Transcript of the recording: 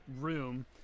room